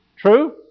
True